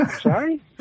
Sorry